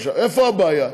עכשיו, איפה הבעיה?